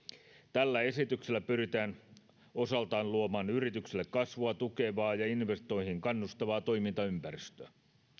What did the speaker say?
tällä esityksellä pyritään osaltaan luomaan yrityksille kasvua tukevaa ja investointeihin kannustavaa toimintaympäristöä